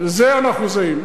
בזה אנחנו זהים.